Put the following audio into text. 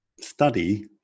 study